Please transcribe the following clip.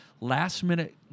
Last-minute